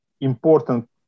important